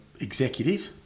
executive